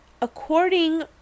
According